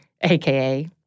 aka